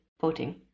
voting